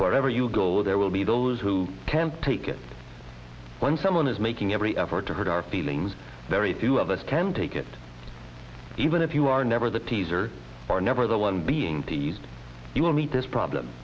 wherever you go there will be those who can't take it when someone is making every effort to hurt our feelings very few of us can take it even if you are never the teaser or never the one being to you you will meet this problem